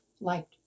liked